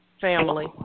family